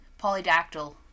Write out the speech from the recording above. Polydactyl